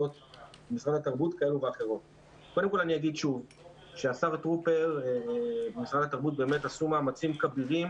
אני אומר שוב שהשר טרופר ומשרד התרבות באמת עשו מאמצים כבירים